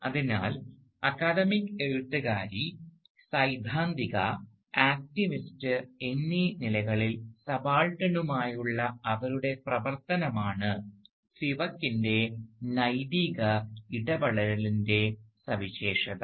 അതിനാൽ അക്കാദമിക് എഴുത്തുകാരി സൈദ്ധാന്തിക ആക്ടിവിസ്റ്റ് എന്നീ നിലകളിൽ സബാൾട്ടനുമായുള്ള അവരുടെ പ്രവർത്തനമാണ് സ്പിവാക്കിൻറെ Spivaks നൈതിക ഇടപെടലിൻറെ സവിശേഷത